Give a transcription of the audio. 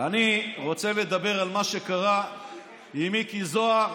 אני רוצה לדבר על מה שקרה עם מיקי זוהר